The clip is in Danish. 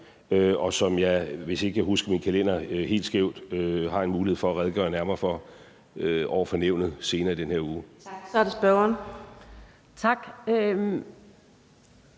hvilket jeg, hvis jeg ikke husker min kalender helt skævt, også har en mulighed for at redegøre nærmere for over for Nævnet senere i den her uge. Kl. 13:29 Fjerde